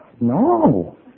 no